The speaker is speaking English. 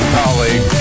colleague